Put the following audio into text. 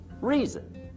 Reason